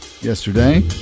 yesterday